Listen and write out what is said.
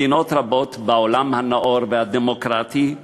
מדינות רבות בעולם הנאור והדמוקרטי,